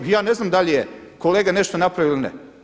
Ja ne znam da li je kolega nešto napravio ili ne.